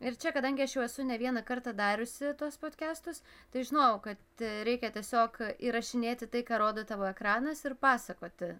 ir čia kadangi aš jau esu ne vieną kartą dariusi tuos podkestus tai žinojau kad reikia tiesiog įrašinėti tai ką rodo tavo ekranas ir pasakoti